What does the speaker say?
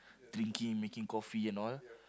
drinking making coffee and all